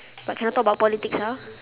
but cannot talk about politics ah